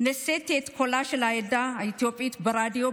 נשאתי את קולה של העדה האתיופית ברדיו,